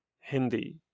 Hindi